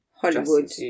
Hollywood